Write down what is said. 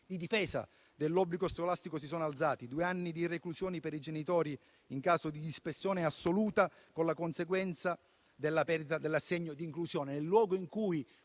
di difesa dell'obbligo scolastico si sono alzati: due anni di reclusione per i genitori in caso di dispersione assoluta, con la conseguenza della perdita dell'assegno di inclusione. Nel luogo in cui